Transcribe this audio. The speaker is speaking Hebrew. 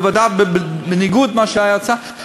בניגוד להצעה שהייתה,